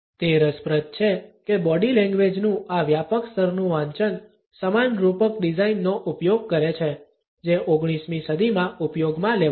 તે રસપ્રદ છે કે બોડી લેંગ્વેજનું આ વ્યાપક સ્તરનુ વાંચન સમાન રૂપક ડિઝાઇનનો ઉપયોગ કરે છે જે 19 મી સદીમાં ઉપયોગમાં લેવાતા